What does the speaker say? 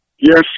Yes